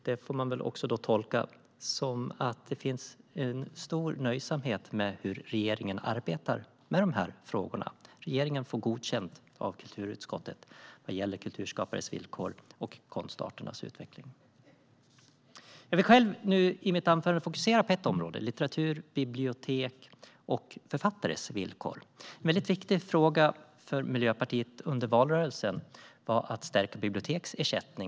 Det får man väl tolka som att det finns en stor nöjsamhet med hur regeringen arbetar med dessa frågor. Regeringen får godkänt av kulturutskottet vad gäller kulturskapares villkor och konstarternas utveckling. Jag vill i mitt anförande fokusera på ett område: litteratur, bibliotek och författares villkor. En viktig fråga för Miljöpartiet under valrörelsen var att stärka biblioteksersättningen.